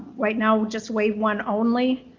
right now just wave one only.